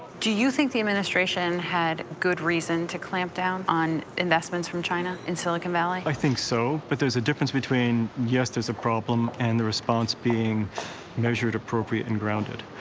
do you think the administration had good reason to clamp down on investments from china in silicon valley? i think so, but there's a difference between, yes, there's a problem, and the response being measured, appropriate, and grounded.